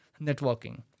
networking